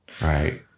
Right